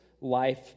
life